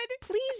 Please